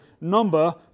number